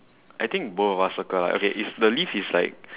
I think both of us circle lah okay is the leaves is like